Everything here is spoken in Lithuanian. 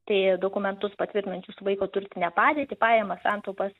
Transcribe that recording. tai dokumentus patvirtinančius vaiko turtinę padėtį pajamas santaupas